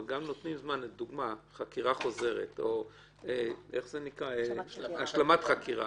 אבל גם נותנים זמן לדוגמה לחקירה חוזרת או השלמת חקירה,